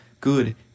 good